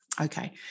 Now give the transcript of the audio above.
Okay